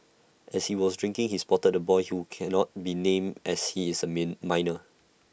as he was drinking he spotted the boy who cannot be named as he is A mean minor